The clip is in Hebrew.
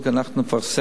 אנחנו נפרסם.